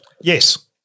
Yes